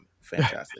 Fantastic